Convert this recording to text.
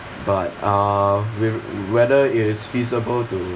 but uh with whether it is feasible to